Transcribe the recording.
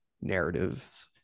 narratives